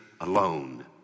alone